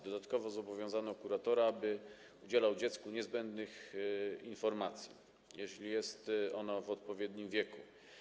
Dodatkowo zobowiązano kuratora, aby udzielał dziecku niezbędnych informacji, jeśli jest ono w odpowiednim wieku.